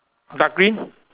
dark green